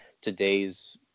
today's